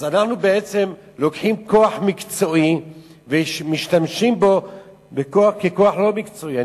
אז אנחנו בעצם לוקחים כוח מקצועי ומשתמשים בו ככוח לא מקצועי.